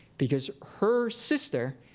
because her sister,